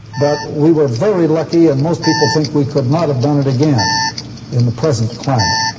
but we were very lucky and most people think we could not have done it again in the present climate.